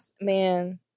man